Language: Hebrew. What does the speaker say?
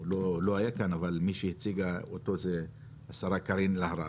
הוא לא היה אבל מי שייצגה אותו הייתה השרה קארין אלהרר